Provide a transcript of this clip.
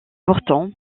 pourtant